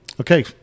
Okay